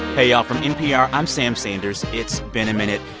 hey, y'all. from npr, i'm sam sanders. it's been a minute.